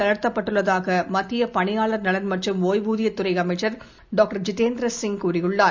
தளரத்த்தப்பட்டுள்ளதாக மத்தியப் பணியாளர் நலன் மற்றும் ஒய்வூதியத் துறை அமைச்சர் டாக்டர் ஜிதேந்திர சிங் கூறியுள்ளார்